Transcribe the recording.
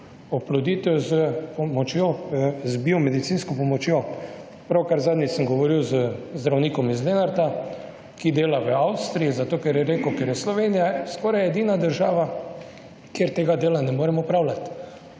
Oploditev z pomočjo, z biomedicinsko pomočjo. Pravkar, zadnjič, sem govoril z zdravnikom iz Lenarta, ki dela v Avstriji, zato, ker je rekel, ker je Slovenija skoraj edina država, kjer tega dela na morem opravljat.